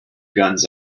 guns